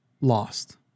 lost